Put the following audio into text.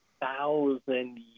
thousand